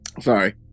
Sorry